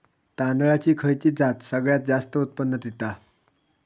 तांदळाची खयची जात सगळयात जास्त उत्पन्न दिता?